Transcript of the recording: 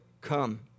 come